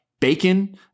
bacon